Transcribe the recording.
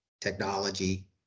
technology